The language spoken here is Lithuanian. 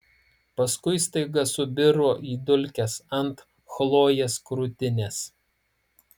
paskui staiga subiro į dulkes ant chlojės krūtinės